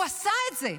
הוא עשה את זה.